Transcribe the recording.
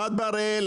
אחד בהראל,